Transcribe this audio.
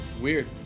Weird